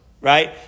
right